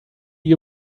you